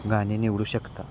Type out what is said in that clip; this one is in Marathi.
गाणे निवडू शकता